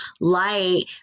light